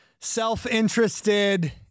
self-interested